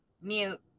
Mute